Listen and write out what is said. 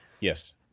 Yes